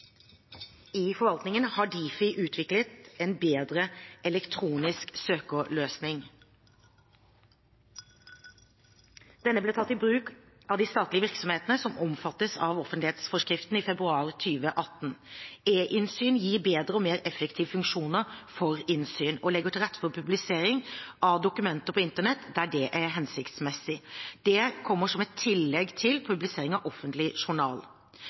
i forvaltningen har Difi utviklet en bedre elektronisk søkeløsning. Denne ble tatt i bruk av de statlige virksomhetene som omfattes av offentlighetsforskriften, i februar 2018. EInnsyn gir bedre og mer effektive funksjoner for innsyn og legger til rette for publisering av dokumenter på internett der det er hensiktsmessig. Det kommer som et tillegg til publisering av offentlig journal.